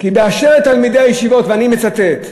כי באשר לתלמידי הישיבות, ואני מצטט: